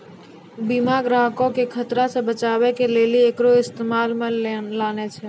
बीमा ग्राहको के खतरा से बचाबै के लेली एकरो इस्तेमाल मे लानै छै